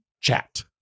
Chat